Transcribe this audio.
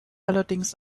allerdings